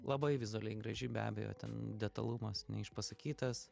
labai vizualiai graži be abejo ten detalumas neišpasakytas